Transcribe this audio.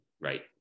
right